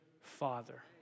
father